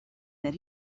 that